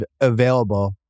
available